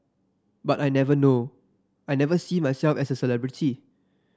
but I never know I never see myself as a celebrity